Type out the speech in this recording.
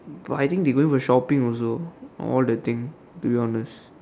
but I think they going for shopping also all the thing to be honest